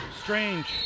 Strange